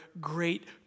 great